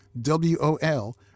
w-o-l